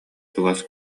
чугас